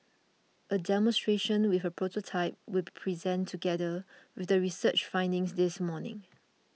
a demonstration with a prototype will be presented together with the research findings this morning